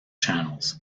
channels